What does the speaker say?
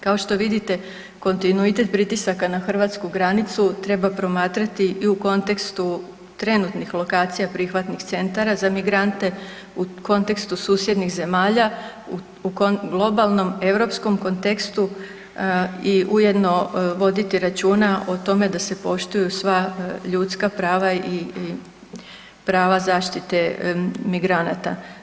Kao što vidite kontinuitet pritisaka na hrvatsku granicu treba promatrati i u kontekstu trenutnih lokacija prihvatnih centara za migrante u kontekstu susjednih zemalja u globalnom europskom kontekstu i ujedno voditi računa o tome da se poštuju sva ljudska prava i prava zaštite migranata.